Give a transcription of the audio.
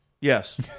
Yes